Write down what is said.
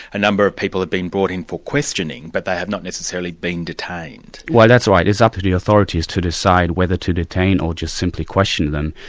a number of people have been brought in for questioning, but they have not necessarily been detained. well that's right. it's up to the authorities to decide whether to detain or just simply question them,